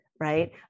right